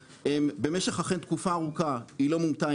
במשך אכן תקופה ארוכה היא לא מונתה,